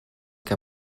que